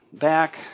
Back